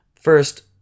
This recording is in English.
First